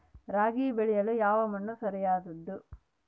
ರಾಗಿ ಬೆಳೆಯಲು ಯಾವ ಮಣ್ಣು ಸರಿಯಾದದ್ದು?